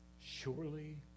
surely